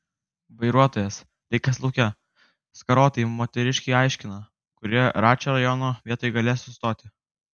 vairuotojas likęs lauke skarotai moteriškei aiškina kurioje račio rajono vietoj galės sustoti